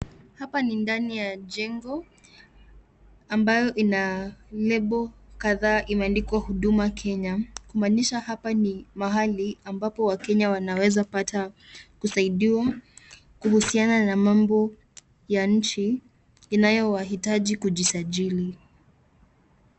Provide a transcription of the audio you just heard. Hapa ni ndani ya jengo ambayo ina label kadhaa imeandikwa huduma Kenya, kumanisha hapa ni mahali ambapo wakenya wanaweza kupata kuzaidiwa kuusiana na mambo ya nchi inayowaitaji kujisajili.